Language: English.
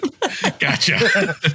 Gotcha